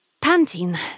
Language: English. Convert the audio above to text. Panting